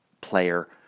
player